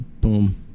Boom